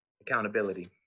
accountability